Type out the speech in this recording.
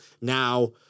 now